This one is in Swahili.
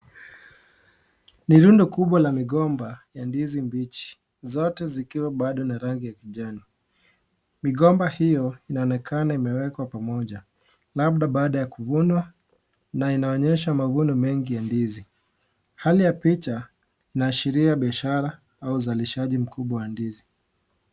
Ni rundo kubwa la migomba ya ndizi mbichi, zote zikiwa bado na rangi ya kijani. Migomba hiyo inaonekana imewekwa pamoja labda baada ya kuvunwa, na inaonyesha mavuno mengi ya ndizi. Hali ya picha inaashiria biashara au uzalishaji mkubwa wa ndizi.